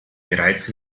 bereits